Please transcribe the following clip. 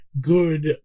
good